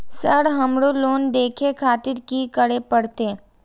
Sir हमरो loan देखें खातिर की करें परतें?